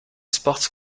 sports